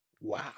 wow